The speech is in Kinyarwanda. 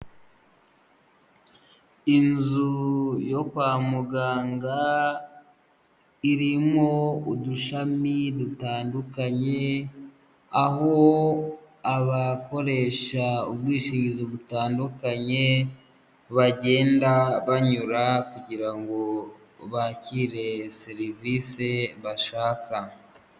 Inzu yo kwa muganga irimo udushami dutandukanye, aho abakoresha ubwishingizi butandukanye bagenda banyura kugira ngo bakire serivisi bashaka.